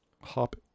Hop